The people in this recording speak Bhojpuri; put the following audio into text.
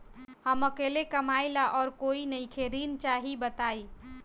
हम अकेले कमाई ला और कोई नइखे ऋण चाही बताई?